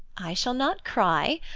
i shall not cry.